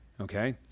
Okay